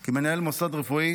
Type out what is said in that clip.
כי מנהל מוסד רפואי